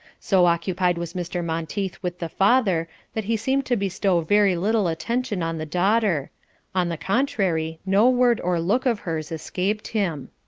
so occupied was mr. monteith with the father that he seemed to bestow very little attention on the daughter on the contrary, no word or look of hers escaped him.